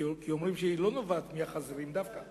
אומרים שהיא לא נובעת דווקא מהחזירים.